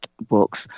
books